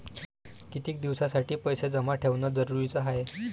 कितीक दिसासाठी पैसे जमा ठेवणं जरुरीच हाय?